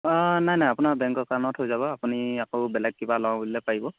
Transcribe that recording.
অঁ নাই নাই আপোনাৰ বেংক একাউণ্টত হৈ যাব আপুনি আকৌ বেলেগ কিবা লওঁ বুলিলে পাৰিব